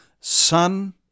son